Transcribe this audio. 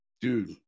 dude